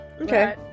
okay